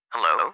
Hello